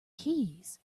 keys